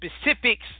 specifics